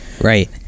Right